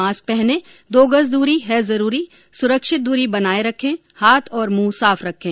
mask पहनें दो गज दूरी है जरूरी सुरक्षित दूरी बनाये रखें हाथ और मुंह साफ रखें